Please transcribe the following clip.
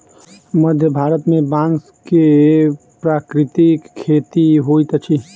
मध्य भारत में बांस के प्राकृतिक खेती होइत अछि